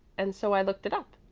and so i looked it up.